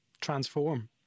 Transform